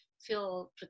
feel